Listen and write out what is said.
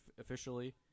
officially